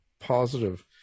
positive